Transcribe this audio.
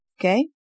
okay